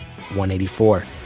184